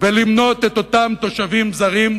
את אותם תושבים זרים,